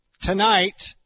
Tonight